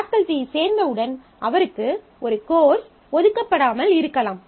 faculty சேர்ந்தவுடன் அவருக்கு ஒரு கோர்ஸ் ஒதுக்கப்படாமல் இருக்கலாம்